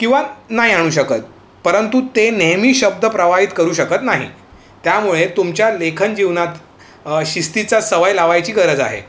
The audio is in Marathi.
किंवा नाही आणू शकत परंतु ते नेहमी शब्द प्रवाहित करू शकत नाही त्यामुळे तुमच्या लेखन जीवनात शिस्तीचा सवय लावायची गरज आहे